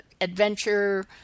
adventure